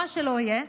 מה שלא יהיה,